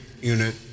unit